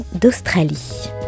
d'Australie